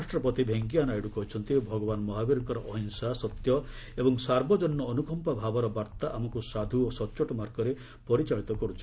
ଉପରାଷ୍ଟ୍ରପତି ଭେଙ୍କିୟା ନାଇଡୁ କହିଛନ୍ତି ଭଗବାନ ମହାବୀରଙ୍କର ଅହିଂସା ସତ୍ୟ ଏବଂ ସାର୍ବଜନୀନ ଅନୁକମ୍ପା ଭାବର ବାର୍ତ୍ତା ଆମକୁ ସାଧୁ ଓ ସଚ୍ଚୋଟ ମାର୍ଗରେ ପରିଚାଳିତ କରୁଛି